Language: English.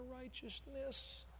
righteousness